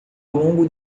longo